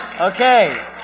Okay